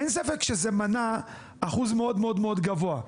אין ספק שזה מנע אחוז מאוד מאוד גבוה,